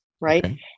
right